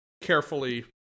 carefully